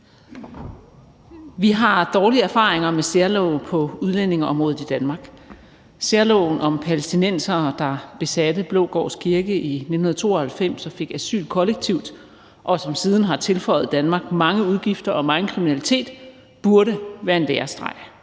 Vi har dårlige erfaringer med særlove på udlændingeområdet i Danmark. Særloven om palæstinensere, der besatte Blågårds Kirke i 1992 og fik asyl kollektivt, og som siden har tilføjet Danmark mange udgifter og megen kriminalitet, burde være en lærestreg.